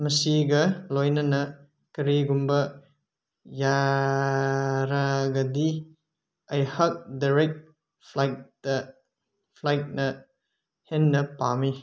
ꯃꯁꯤꯒ ꯂꯣꯏꯅꯅ ꯀꯔꯤꯒꯨꯝꯕ ꯌꯥꯔꯒꯗꯤ ꯑꯩꯍꯥꯛ ꯗꯥꯏꯔꯦꯛ ꯐ꯭ꯂꯥꯏꯠꯇ ꯐ꯭ꯂꯥꯏꯠꯅ ꯍꯦꯟꯅ ꯄꯥꯝꯃꯤ